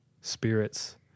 spirits